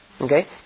Okay